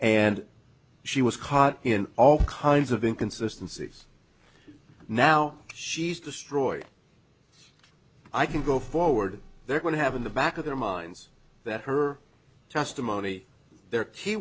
and she was caught in all kinds of inconsistency now she's destroyed i can go forward they're going to have in the back of their minds that her testimony the